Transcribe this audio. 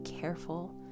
careful